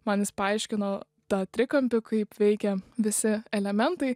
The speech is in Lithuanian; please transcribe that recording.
man jis paaiškino tą trikampį kaip veikia visi elementai